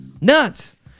Nuts